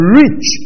rich